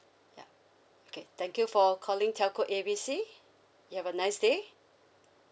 ya okay thank you for calling telco A B C you have a nice day